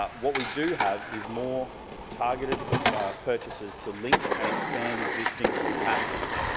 ah what we do have is more targeted purchases to link and expand existing assets.